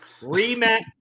Rematch